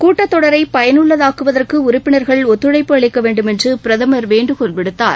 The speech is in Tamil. கூட்டத்தொடரை பயனுள்ளதாக்குவதற்கு உறுப்பினர்கள் ஒத்துழைப்பு அளிக்க வேண்டுமென்று பிரதமர் வேண்டுகோள்விடுத்தார்